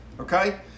Okay